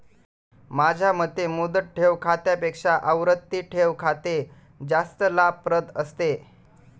माझ्या मते मुदत ठेव खात्यापेक्षा आवर्ती ठेव खाते जास्त लाभप्रद असतं